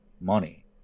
money